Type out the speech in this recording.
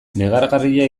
negargarria